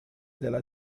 della